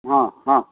ହଁ ହଁ